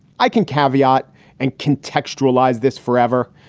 i can caveat and contextualize this forever.